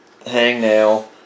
hangnail